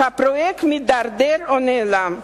והפרויקט מידרדר או נעלם.